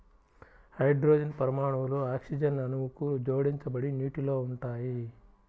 hydrogen పరమాణువులు oxygen అణువుకు జోడించబడి నీటిలో ఉంటాయి